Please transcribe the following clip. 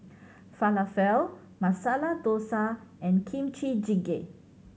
Falafel Masala Dosa and Kimchi Jjigae